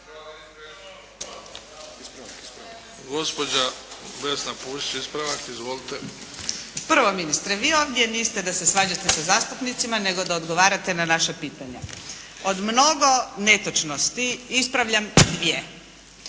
Gospođa Vesna Pusić ispravak. Izvolite. **Pusić, Vesna (HNS)** Prvo ministre, vi ovdje niste da se svađate sa zastupnicima nego da odgovarate na naša pitanja. Od mnogo netočnosti ispravljam dvije.